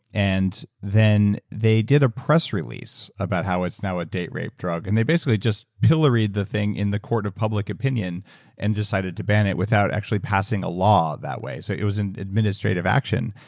and then they did press release about how it's now a date rape drug and they basically just pilloried the thing in the court of public opinion and decided to ban it without actually passing a law that way. so it was an administrative action.